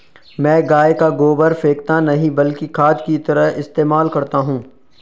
मैं गाय का गोबर फेकता नही बल्कि खाद की तरह इस्तेमाल करता हूं